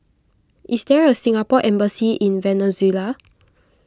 is there a Singapore Embassy in Venezuela